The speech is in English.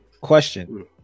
Question